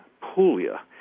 Puglia